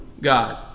God